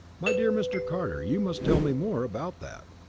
my dear mr. carter, you must tell me more about that.